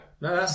no